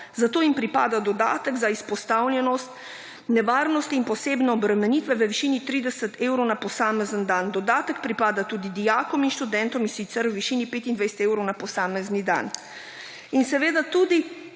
za to jim pripada dodatek za izpostavljenost nevarnostim in posebne obremenitve v višini 30 evrov na posamezni dan. Dodatek pripada tudi dijakom in študentom in sicer v višini 25 evrov na posamezni dan. In seveda tudi